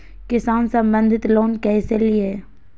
किसान संबंधित लोन कैसै लिये?